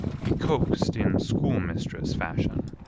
he coaxed in schoolmistress fashion,